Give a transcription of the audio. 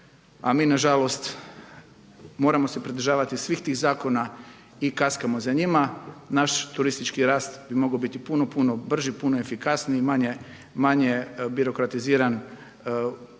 a mi nažalost moramo se pridržavati svih tih zakona i kaskamo za njima. Naš turistički rast bi mogao biti puno, puno brži, puno efikasniji i manje birokratiziran jer